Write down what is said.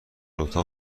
اتاق